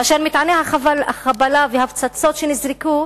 כאשר מטעני החבלה והפצצות שנזרקו